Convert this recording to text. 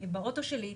באוטו שלי,